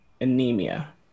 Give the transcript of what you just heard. anemia